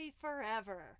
forever